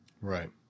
Right